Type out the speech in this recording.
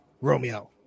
Romeo